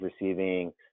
receiving